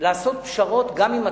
לעשות פשרות גם עם עצמי,